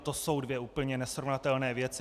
To jsou dvě úplně nesrovnatelné věci.